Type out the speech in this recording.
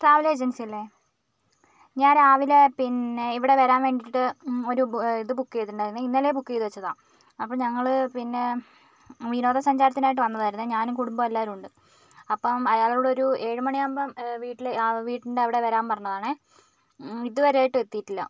travel agency അല്ലേ ഞാൻ രാവിലെ പിന്നെ ഇവിടെ വരാൻ വേണ്ടിട്ട് ഒരു ഇത് ബുക്ക് ചെയ്തിട്ടുണ്ടായിരുന്നു ഇന്നലേ ബുക്ക് ചെയ്തു വെച്ചതാണ് അപ്പോൾ ഞങ്ങൾ പിന്നെ വിനോദ സഞ്ചാരത്തിനായിട്ട് വന്നതായിരുന്നു ഞാനും കുടുംബം എല്ലാരുമുണ്ട് അപ്പം അയാളോടൊരു ഏഴു മണിയാവുമ്പോൾ വീട്ടിലെ വീട്ടിൻ്റെ അവിടെ വരാൻ പറഞ്ഞതാണേ ഇതുവരെ ആയിട്ടും എത്തീട്ടില്ല